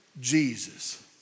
Jesus